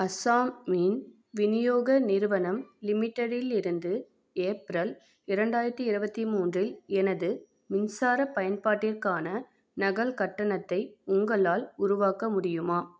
அசாம் மின் விநியோக நிறுவனம் லிமிட்டெடிலிருந்து ஏப்ரல் இரண்டாயிரத்தி இருபத்தி மூன்றில் எனது மின்சார பயன்பாட்டிற்கான நகல் கட்டணத்தை உங்களால் உருவாக்க முடியுமா